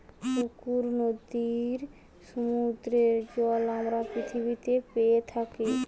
পুকুর, নদীর, সমুদ্রের জল আমরা পৃথিবীতে পেয়ে থাকি